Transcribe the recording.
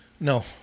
No